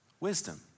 Wisdom